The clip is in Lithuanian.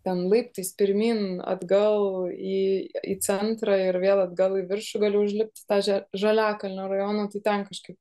ten laiptais pirmyn atgal į į centrą ir vėl atgal į viršų galiu užlipt tą žaliakalnio rajoną tai ten kažkaip